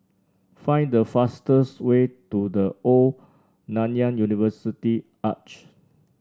find the fastest way to The Old Nanyang University Arch